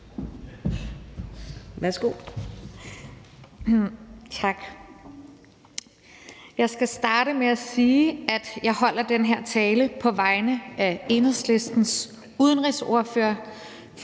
Jeg skal starte med at sige, at jeg holder den her tale på vegne af Enhedslistens udenrigsordfører,